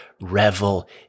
revel